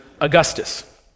Augustus